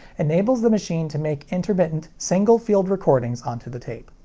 enables the machine to make intermittent, single-field recordings onto the tape.